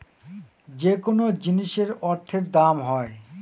যেকোনো জিনিসের অর্থের দাম হয়